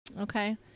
okay